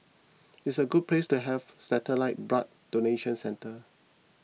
it's a good place to have satellite blood donation centre